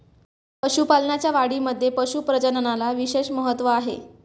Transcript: पशुपालनाच्या वाढीमध्ये पशु प्रजननाला विशेष महत्त्व आहे